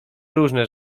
różne